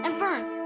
and fern,